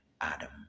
Adam